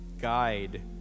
guide